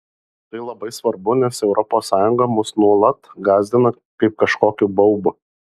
tai labai svarbu nes europos sąjunga mus nuolat gąsdina kaip kažkokiu baubu